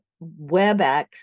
webex